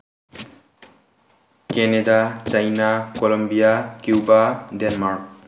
Canada China Columbia Cuba Denmark